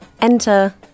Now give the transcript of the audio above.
Enter